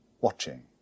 watching